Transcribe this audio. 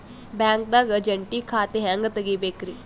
ಬ್ಯಾಂಕ್ದಾಗ ಜಂಟಿ ಖಾತೆ ಹೆಂಗ್ ತಗಿಬೇಕ್ರಿ?